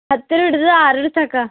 ಅತ್ತರ್ ಹಿಡ್ದ್ ಆರು ಇರ್ ತಕ